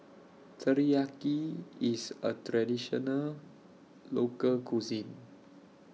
Teriyaki IS A Traditional Local Cuisine